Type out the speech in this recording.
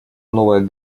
новая